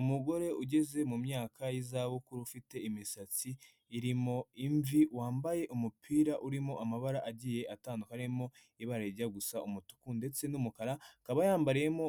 Umugore ugeze mu myaka y'izabukuru ufite imisatsi irimo imvi wambaye umupira urimo amabara agiye atandukanye harimo ibara rijya gusa umutuku ndetse n'umukara, akaba yambariyemo